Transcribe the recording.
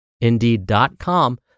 Indeed.com